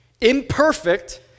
imperfect